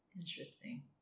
Interesting